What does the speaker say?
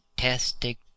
fantastic